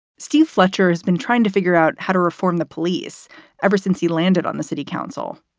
steve fletcher has been trying to figure out how to reform the police ever since he landed on the city council.